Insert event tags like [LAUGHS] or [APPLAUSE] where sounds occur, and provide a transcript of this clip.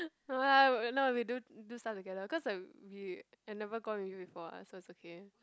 [LAUGHS] no lah no we do do stuff together cause like we I never gone with you before what so is okay